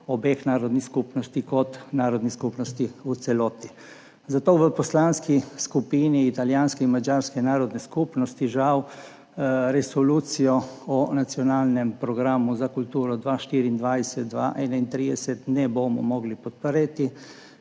obeh narodnih skupnosti kot narodnih skupnosti v celoti. Zato v Poslanski skupini italijanske in madžarske narodne skupnosti žal Resolucije o nacionalnem programu za kulturo 2024–2031 ne bomo mogli podpreti.